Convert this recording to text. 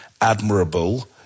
admirable